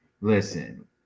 listen